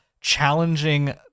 challenging